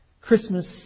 Christmas